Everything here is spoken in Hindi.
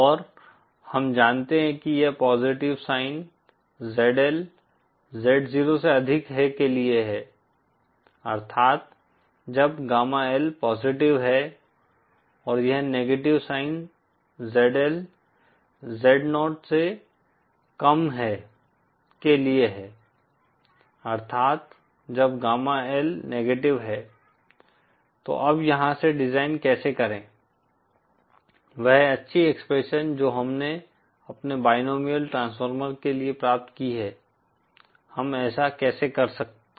और हम जानते हैं कि यह पॉजिटिव साइन ZL Z0 से अधिक है के लिए है अर्थात् जब गामा L पॉजिटिव है और यह नेगेटिव साइन ZL Z0 से कम है के लिए है अर्थात् जब गामा L नेगेटिव है तो अब यहां से डिजाइन कैसे करें वह अच्छी एक्सप्रेशन जो हमने अपने बायनोमिअल ट्रांसफार्मर के लिए प्राप्त की हैं हम ऐसा कैसे करते हैं